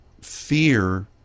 fear